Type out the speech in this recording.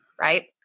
right